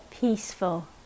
Peaceful